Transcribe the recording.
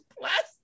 Plastic